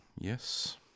Yes